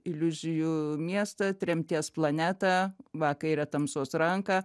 iliuzijų miestą tremties planetą va kairę tamsos ranką